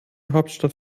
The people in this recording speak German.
hauptstadt